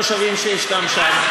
התושבים שישנם שם?